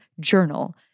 journal